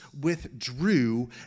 withdrew